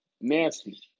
Nasty